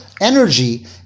energy